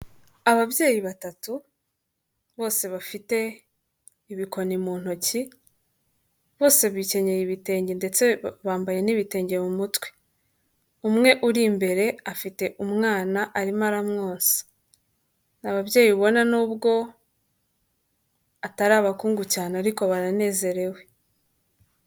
Ababyeyi batatu bose bafite ibikoni mu ntoki bose bikeneye ibitenge ndetse bambaye n'ibitenge mu mutwe, umwe uri imbere afite umwana arimo aramwosa ni ababyeyi ubona n'ubwo atari abakungu cyane ariko baranezerewe.